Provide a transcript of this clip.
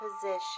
position